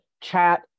chat